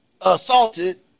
assaulted